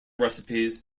recipes